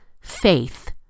Faith